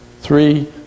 three